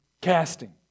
Casting